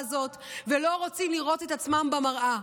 הזאת ולא רוצים לראות את עצמם במראה.